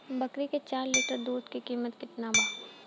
बकरी के चार लीटर दुध के किमत केतना बा?